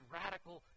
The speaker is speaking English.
radical